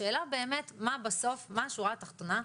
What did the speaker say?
השאלה באמת מה בסוף השורה התחתונה,